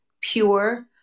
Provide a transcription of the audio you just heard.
pure